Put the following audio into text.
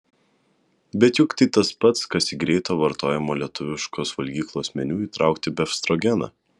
bet juk tai tas pats kas į greito vartojimo lietuviškos valgyklos meniu įtraukti befstrogeną